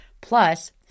plus